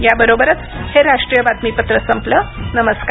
याबरोबरच हे राष्ट्रीय बातमीपत्र संपलं नमस्कार